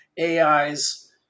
AIs